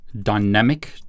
dynamic